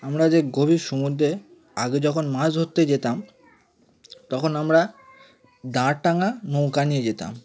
আমরা যে গভীর সমুদ্রে আগে যখন মাছ ধরতে যেতাম তখন আমরা দাঁড় টানা নৌকা নিয়ে যেতাম